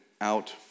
out